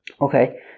Okay